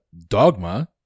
dogma